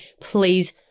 please